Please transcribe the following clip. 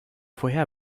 vorher